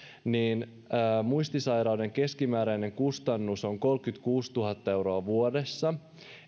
muistisairauden keskimääräinen kustannus on kolmekymmentäkuusituhatta euroa vuodessa